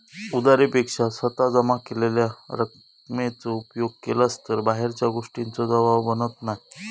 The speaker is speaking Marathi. उधारी पेक्षा स्वतः जमा केलेल्या रकमेचो उपयोग केलास तर बाहेरच्या गोष्टींचों दबाव बनत नाय